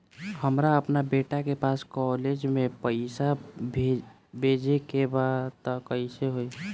हमरा अपना बेटा के पास कॉलेज में पइसा बेजे के बा त कइसे होई?